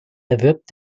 erwirbt